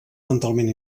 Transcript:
mentalment